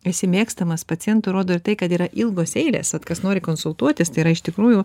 esi mėgstamas pacientų rodo ir tai kad yra ilgos eilės vat kas nori konsultuotis tai yra iš tikrųjų